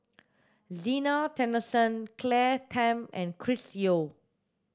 Zena Tessensohn Claire Tham and Chris Yeo